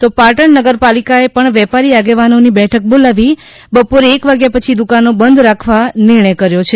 તો પાટણ નગરપાલિકાએ પણ વેપારી આગેવાનોની બેઠક બોલાવી બપોરે એક વાગ્યા પછી દુકાનો બંધ રાખવા આગ્રહ કર્યો છે